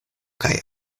kaj